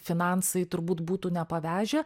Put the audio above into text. finansai turbūt būtų nepavežę